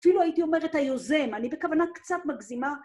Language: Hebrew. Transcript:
אפילו הייתי אומרת היוזם, אני בכוונה קצת מגזימה.